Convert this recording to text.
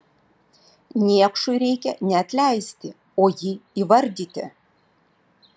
niekšui reikia ne atleisti o jį įvardyti